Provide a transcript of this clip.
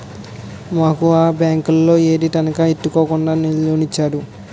మాకు ఆ బేంకోలు ఏదీ తనఖా ఎట్టుకోకుండా లోనిచ్చేరు